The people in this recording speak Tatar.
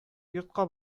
йортка